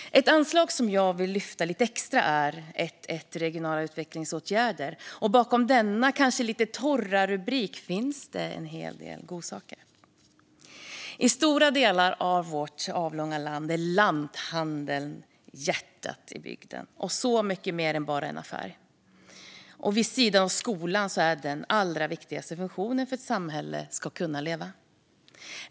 Ett anslag jag vill lyfta lite extra är 1:1 Regionala utvecklingsåtgärder . Bakom denna kanske lite torra rubrik finns det en hel del godsaker. I stora delar av vårt avlånga land är lanthandeln hjärtat i bygden och så mycket mer än bara en affär. Vid sidan av skolan är lanthandeln den allra viktigaste funktionen för att ett samhälle ska kunna leva.